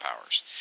powers